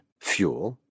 fuel